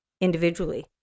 individually